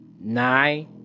Nine